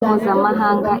mpuzamahanga